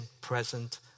present